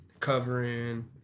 Covering